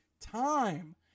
time